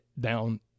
down